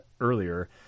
earlier